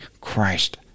Christ